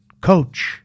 Coach